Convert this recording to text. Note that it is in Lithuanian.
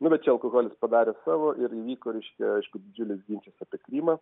nu bet čia alkoholis padarė savo ir vyko reiškia aišku didžiulis ginčas apie krymą